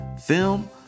film